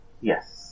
Yes